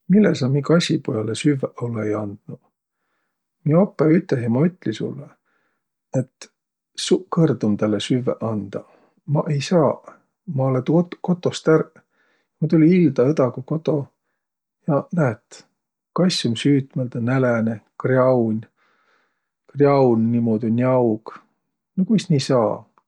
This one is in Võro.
Mille sa mi kassipujalõ süvväq olõ-õi andnuq? Mi opõ üteh ja ma ütli, et suq kõrd um tälle süvväq andaq. Maq ei saaq, ma olõ tu- kotost ärq. Ma tulli ilda õdagu kodo ja näet, kass um süütmäldä, näläne, krjaun', krjaun niimuudu njaug. No kuis nii saa?